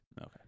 Okay